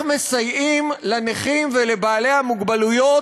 איך מסייעים לנכים ולבעלי המוגבלויות,